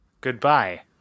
Goodbye